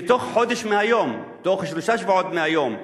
שבתוך חודש מהיום, בתוך שלושה שבועות מהיום,